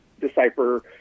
decipher